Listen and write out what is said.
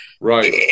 Right